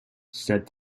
said